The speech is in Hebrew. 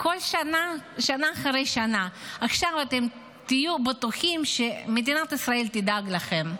שנה אחרי שנה: עכשיו אתם תהיו בטוחים שמדינת ישראל תדאג לכם.